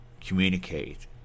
communicate